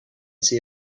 see